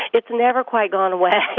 it's never quite gone away.